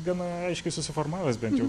gana aiškiai susiformavęs bent jau